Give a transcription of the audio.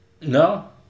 No